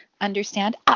understand